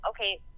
okay